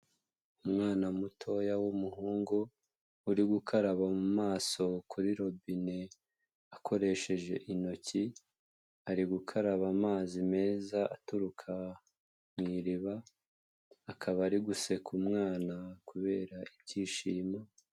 Umwana mutoya w'umuhungu, uri gukaraba mu maso kuri robine, akoresheje intoki, ari gukaraba amazi meza aturuka mu iriba, akaba ari guseka umwana kubera ibyishimo.